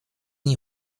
nie